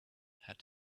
had